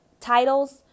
title's